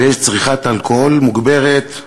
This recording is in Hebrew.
ויש צריכת אלכוהול מוגברת,